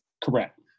Correct